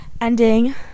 ending